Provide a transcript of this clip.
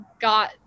got